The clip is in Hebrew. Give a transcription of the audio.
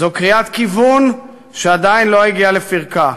זו קריאת כיוון שעדיין לא הגיעה לפרקה,